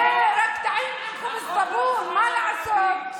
זה טעים רק עם חובז טאבון, מה לעשות.